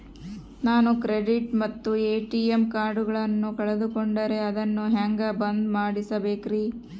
ನಾನು ಕ್ರೆಡಿಟ್ ಮತ್ತ ಎ.ಟಿ.ಎಂ ಕಾರ್ಡಗಳನ್ನು ಕಳಕೊಂಡರೆ ಅದನ್ನು ಹೆಂಗೆ ಬಂದ್ ಮಾಡಿಸಬೇಕ್ರಿ?